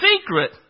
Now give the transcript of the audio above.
secret